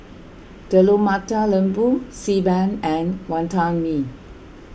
Telur Mata Lembu Xi Ban and Wantan Mee